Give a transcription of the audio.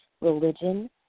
religion